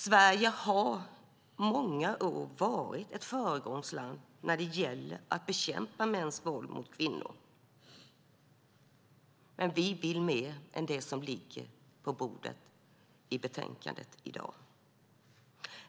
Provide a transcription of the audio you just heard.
Sverige har i många år varit ett föregångsland när det gäller att bekämpa mäns våld mot kvinnor, men vi vill mer än det som finns i betänkandet som ligger på bordet i dag.